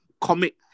comic